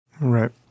right